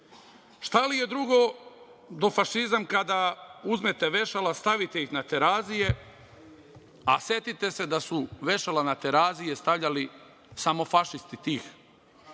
li je drugo do fašizam kada uzmete vešala, stavite ih na Terazije, a setite se da su vešala ta Terazije stavljali samo fašisti tih